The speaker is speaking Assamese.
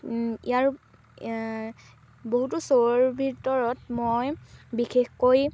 ইয়াৰ বহুতো শ্ব'ৰ ভিতৰত মই বিশেষকৈ